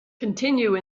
continue